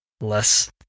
less